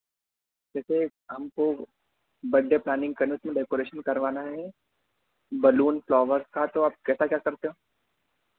जैसे हमको birthday planning करना है उसमें डेकोरेशन करवाना है बलून फ्लोवर का तो आप कैसा क्या कर सकते हो